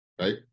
right